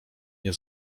nie